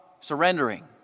surrendering